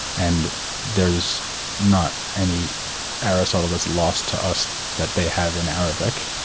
and there is not any aristotle that's lost to us that they have in arabic,